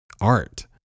art